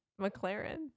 McLaren